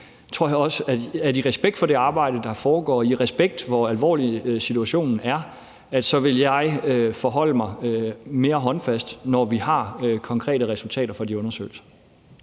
jeg også, at i respekt for det arbejde, der foregår, og i respekt for, hvor alvorlig situationen er, vil jeg forholde mig mere håndfast, når vi har konkrete resultater fra de undersøgelser.